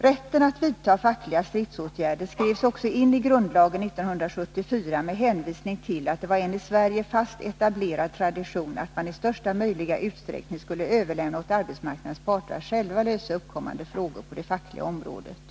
Rätten att vidta fackliga stridsåtgärder skrevs också in i grundlagen 1974 med hänvisning till att det var en i Sverige fast etablerad tradition att man i största möjliga utsträckning skulle överlämna åt arbetsmarknadens parter att själva lösa uppkommande frågor på det fackliga området.